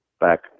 back